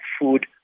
food